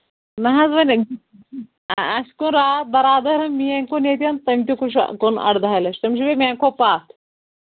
نہ حظ وۄنۍ اَسہِ کوٚر راتھ برابر میٛٲنۍ کُن ییٚتٮ۪ن تٔمۍ تہِ کُن اَردَہَے لَچھِ تٔمِس چھُ بیٚیہِ میٛانہِ کھۄتہٕ پَتھ